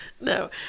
No